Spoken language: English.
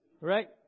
Right